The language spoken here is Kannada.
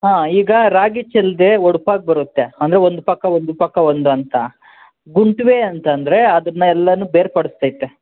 ಹಾಂ ಈಗ ರಾಗಿ ಚೆಲ್ಲದೆ ಒಡಪಾಗಿ ಬರುತ್ತೆ ಅಂದರೆ ಒಂದು ಪಕ್ಕ ಒಂದು ಪಕ್ಕ ಒಂದಂತ ಗುಂಟ್ವೇ ಅಂತಂದರೆ ಅದನ್ನೆಲ್ಲನು ಬೇರ್ಪಡಿಸ್ತೈತೆ